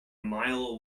mile